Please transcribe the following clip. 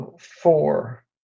four